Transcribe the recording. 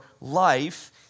life